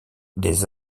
des